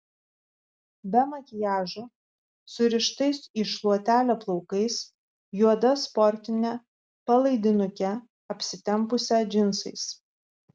be makiažo surištais į šluotelę plaukais juoda sportine palaidinuke apsitempusią džinsais